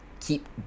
keep